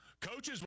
Coaches